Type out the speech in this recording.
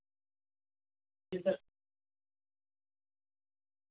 جی سر